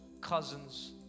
cousins